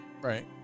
Right